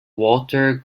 walter